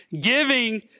Giving